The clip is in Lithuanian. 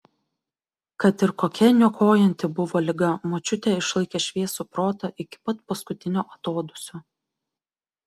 kad ir kokia niokojanti buvo liga močiutė išlaikė šviesų protą iki pat paskutinio atodūsio